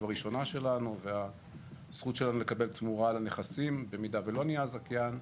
הראשונה שלנו והזכות שלנו לקבל תמורה לנכסים במידה ולא נהיה הזכיין.